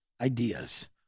ideas